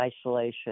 isolation